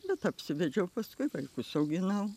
bet apsivedžiau paskui vaikus auginau